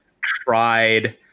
tried